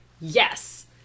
Yes